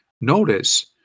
Notice